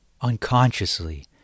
Unconsciously